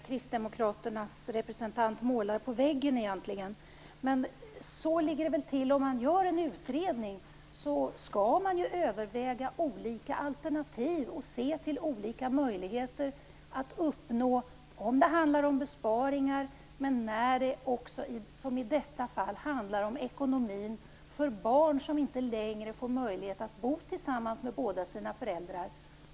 Fru talman! Jag är litet osäker på vem det är som Kristdemokraternas representant egentligen målar på väggen. Om man gör en utredning skall man väl överväga olika alternativ och se till olika möjligheter att uppnå besparingar. I detta fall handlar det om ekonomin för barn som inte längre kommer att ha möjlighet att bo tillsammans med båda föräldrarna.